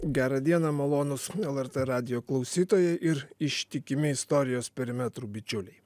gerą dieną malonūs lrt radijo klausytojai ir ištikimi istorijos perimetrų bičiuliai